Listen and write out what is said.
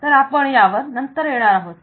तर आपण यावर नंतर येणार आहोत